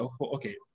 okay